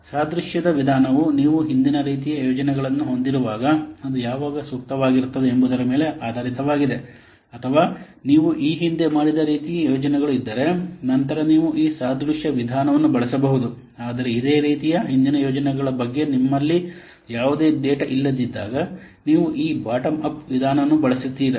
ಸಾದೃಶ್ಯದ ವಿಧಾನವು ನೀವು ಹಿಂದಿನ ರೀತಿಯ ಯೋಜನೆಗಳನ್ನು ಹೊಂದಿರುವಾಗ ಅದು ಯಾವಾಗ ಸೂಕ್ತವಾಗಿರುತ್ತದೆ ಎಂಬುದರ ಮೇಲೆ ಆಧಾರಿತವಾಗಿದೆ ಅಥವಾ ನೀವು ಈ ಹಿಂದೆ ಮಾಡಿದ ರೀತಿಯ ಯೋಜನೆಗಳು ಇದ್ದರೆ ನಂತರ ನೀವು ಈ ಸಾದೃಶ್ಯ ವಿಧಾನವನ್ನು ಬಳಸಬಹುದು ಆದರೆ ಇದೇ ರೀತಿಯ ಹಿಂದಿನ ಯೋಜನೆಗಳ ಬಗ್ಗೆ ನಿಮ್ಮಲ್ಲಿ ಯಾವುದೇ ಡೇಟಾ ಇಲ್ಲದಿದ್ದಾಗ ನೀವು ಈ ಬಾಟಮ್ ಅಪ್ ವಿಧಾನವನ್ನು ಬಳಸುತ್ತೀರಿ